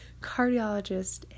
cardiologist